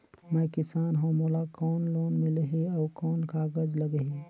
मैं किसान हव मोला कौन लोन मिलही? अउ कौन कागज लगही?